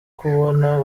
kubona